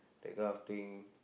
that kind of thing